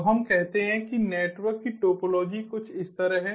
अब हम कहते हैं कि नेटवर्क की टोपोलॉजी कुछ इस तरह है